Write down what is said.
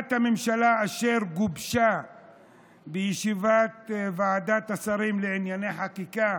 עמדת הממשלה שגובשה בוועדת השרים לענייני חקיקה